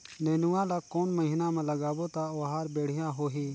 नेनुआ ला कोन महीना मा लगाबो ता ओहार बेडिया होही?